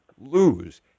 lose